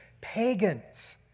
pagans